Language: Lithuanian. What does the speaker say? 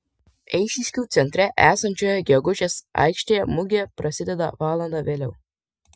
eišiškių centre esančioje gegužės aikštėje mugė prasideda valanda vėliau